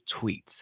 tweets